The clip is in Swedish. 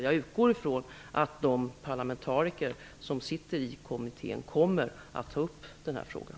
Jag utgår ifrån att de parlamentariker som sitter i kommittén kommer att ta upp den här frågan.